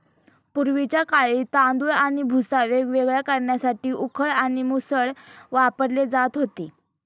पूर्वीच्या काळी तांदूळ आणि भुसा वेगवेगळे करण्यासाठी उखळ आणि मुसळ वापरले जात होते